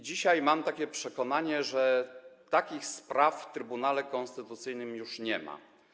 Dzisiaj mam przekonanie, że takich spraw w Trybunale Konstytucyjnym już nie ma.